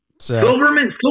Silverman